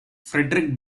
frederick